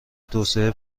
توسعه